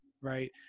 right